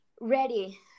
ready